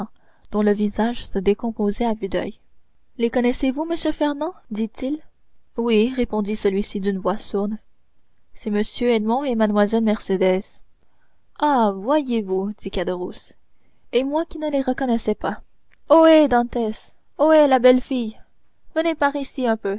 dont le visage se décomposait à vue d'oeil les connaissez-vous monsieur fernand dit-il oui répondit celui-ci d'une voix sourde c'est m edmond et mlle mercédès ah voyez-vous dit caderousse et moi qui ne les reconnaissais pas ohé dantès ohé la belle fille venez par ici un peu